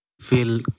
feel